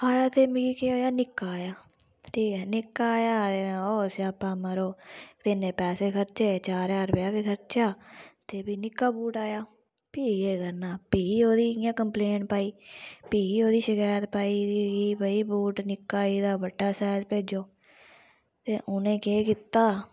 आया ते मिगी निक्का आया ते ओह् स्यापा मड़ो इन्ने पैसे खर्चे कन्नै चार ज्हार रपेऽ बी खर्चे ते फ्ही निक्का बूट आया फ्ही केह् करना हा फ्ही ओह् दी कम्पलेन पाई फ्ही ओह्दी शिकायत पाई कि भाई बूट निक्का आई दा बड्डा साईज भेजो ते उ'नै केह् कीता